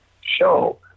show